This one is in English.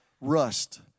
rust